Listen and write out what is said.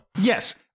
Yes